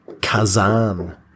kazan